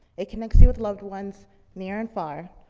it connects you with loved ones near and far,